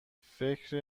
فکر